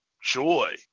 joy